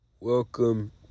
Welcome